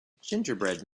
gingerbread